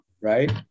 Right